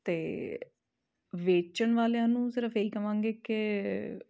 ਅਤੇ ਵੇਚਣ ਵਾਲਿਆਂ ਨੂੰ ਸਿਰਫ ਇਹ ਹੀ ਕਹਾਂਗੇ ਕਿ